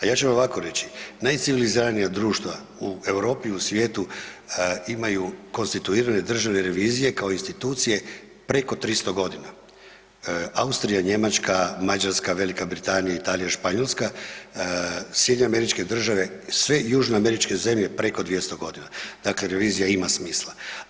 A ja ću vam ovako reći, najciviliziranija društva u Europi i u svijetu imaju konstituirane državne revizije kao institucije preko 300.g., Austrija, Njemačka, Mađarska, Velika Britanija, Italija, Španjolska, SAD, sve južnoameričke zemlje preko 200.g., dakle revizija ima smisla.